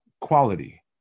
quality